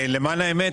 למען האמת,